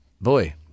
boy